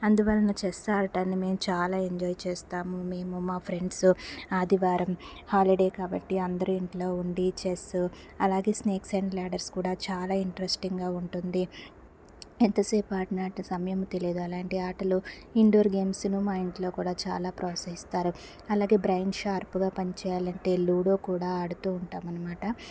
అందువలన చెస్ ఆడడాన్ని మేము చాలా ఎంజాయ్ చేస్తాము మేము మా ఫ్రెండ్స్ ఆదివారం హాలిడే కాబట్టి అందరూ ఇంట్లో ఉండి చెస్ అలాగే స్నేక్స్ అండ్ ల్యాడర్స్ కూడా చాలా ఇంట్రెస్టింగ్గా ఉంటుంది ఎంతసేపు ఆడిన అంత సమయం తెలీదు అలాంటి ఆటలు ఇండోర్ గేమ్స్ను మా ఇంట్లో కూడా చాలా ప్రోత్సహిస్తారు అలాగే బ్రెయిన్ షార్ప్గా పని చేయాలంటే లూడో కూడా ఆడుతూ ఉంటాం అనమాట